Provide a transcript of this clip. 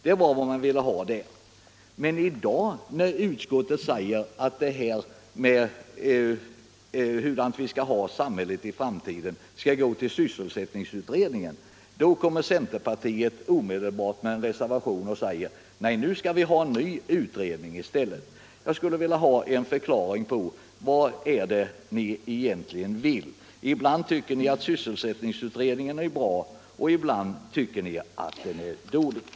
Men när inrikesutskottet i dag säger att frågan om hur vi skall ha samhället i framtiden skall gå till sysselsättningsutredningen, då kommer centerpartiet omedelbart med en reservation och säger att vi i stället skall ha en ny utredning. Jag skulle vilja ha en förklaring på vad centerpartiet egentligen vill. Ibland tycker ni att sysselsättningsutredningen är bra och ibland tycker ni att den är dålig.